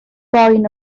boen